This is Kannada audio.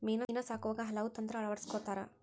ಮೇನಾ ಸಾಕುವಾಗ ಹಲವು ತಂತ್ರಾ ಅಳವಡಸ್ಕೊತಾರ